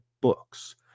books